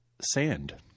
sand